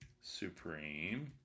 supreme